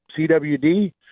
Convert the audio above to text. CWD